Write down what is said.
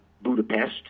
Budapest